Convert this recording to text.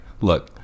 look